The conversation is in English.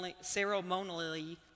ceremonially